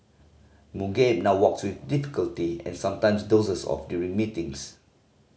Mugabe now walks with difficulty and sometimes dozes off during meetings